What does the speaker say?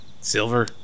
Silver